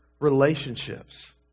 relationships